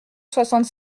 soixante